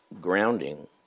grounding